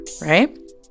right